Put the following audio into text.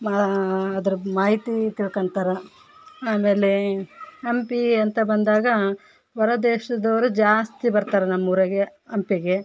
ಮಾ ಅದರ ಮಾಹಿತಿ ತಿಳ್ಕೊಂತಾರೆ ಆಮೇಲೆ ಹಂಪಿಯಂತ ಬಂದಾಗ ಹೊರ ದೇಶದವರು ಜಾಸ್ತಿ ಬರ್ತಾರೆ ನಮ್ಮೂರಿಗೆ ಹಂಪಿಗೆ